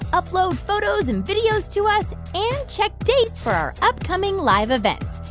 upload photos and videos to us and check dates for our upcoming live events.